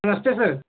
नमस्ते सर